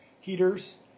heaters